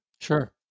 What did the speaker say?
Sure